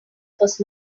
was